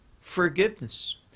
forgiveness